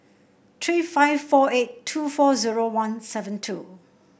three five four eight two four zero one seven two